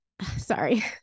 sorry